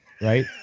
right